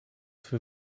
für